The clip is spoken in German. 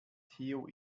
theo